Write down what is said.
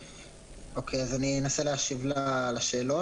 אוקי, אני אנסה להשיב לשאלות: